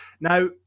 Now